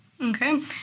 okay